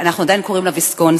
אנחנו עדיין קוראים לה "ויסקונסין".